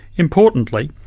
importantly,